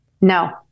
No